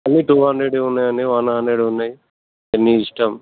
అన్ని టు హండ్రెడ్వి ఉన్నాయండి వన్ హండ్రెడ్వి ఉన్నాయ్ ఇక మీ ఇష్టం